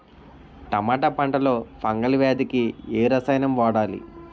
టమాటా పంట లో ఫంగల్ వ్యాధికి ఏ రసాయనం వాడాలి?